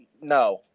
No